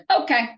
okay